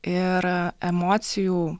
ir emocijų